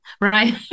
right